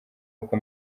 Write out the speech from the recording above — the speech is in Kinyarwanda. uko